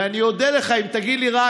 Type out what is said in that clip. ואודה לך אם תגיד לי רק: